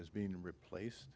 is being replaced